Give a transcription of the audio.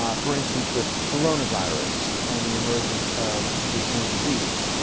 um for instance with coronavirus and the emergence of this new disease,